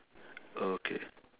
okay